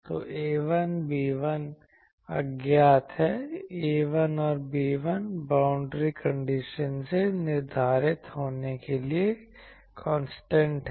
तो A1 B1 अज्ञात हैं A1 और B1 बाउंड्री कंडीशन से निर्धारित होने के लिए कांस्टेंट हैं